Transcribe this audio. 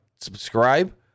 subscribe